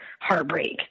heartbreak